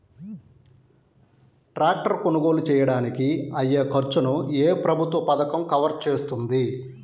Tractor కొనుగోలు చేయడానికి అయ్యే ఖర్చును ఏ ప్రభుత్వ పథకం కవర్ చేస్తుంది?